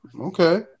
Okay